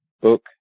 book